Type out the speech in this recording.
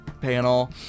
panel